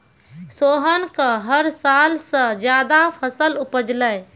सोहन कॅ हर साल स ज्यादा फसल उपजलै